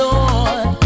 Lord